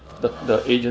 uh